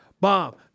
Bomb